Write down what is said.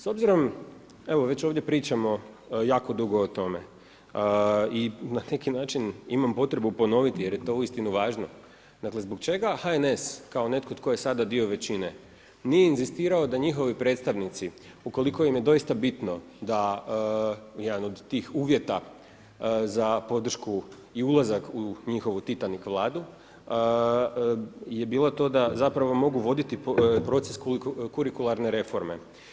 S obzirom evo već ovdje pričamo jako dugo o tome i na neki način imam potrebu ponoviti jer je to uistinu važno, dakle zbog čega HNS kao netko tko je sada dio većine, nije inzistirao da njihovi predstavnici ukoliko im je doista bitno da jedan od tih uvjeta za podršku i ulazak u njihovu Titanik vladu je bilo to da mogu voditi proces kurikularne reforme?